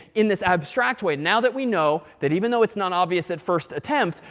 in this abstract way. now that we know that, even though it's not obvious at first attempt,